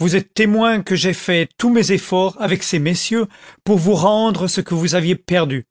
vous êtes témoin que j'ai fait tous mes efforts avec ces messieurs pour vous rendre ce que vous aviez perdu